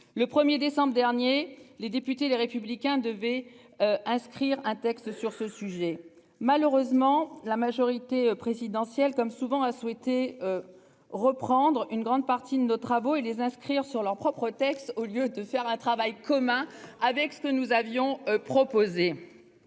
le 1er décembre dernier, les députés les républicains devaient inscrire un texte sur ce sujet. Malheureusement, la majorité présidentielle comme souvent a souhaité. Reprendre une grande partie de nos travaux et les inscrire sur leurs propres textes au lieu de faire un travail commun avec ce que nous avions proposé.